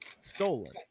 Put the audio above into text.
stolen